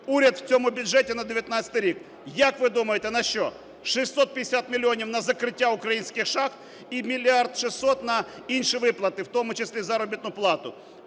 уряд в цьому бюджеті на 2019 рік. Як ви думаєте, на що? 650 мільйонів – на закриття українських шахт і 1 мільярд 600 – на інші виплати, в тому числі заробітну плату.